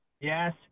Yes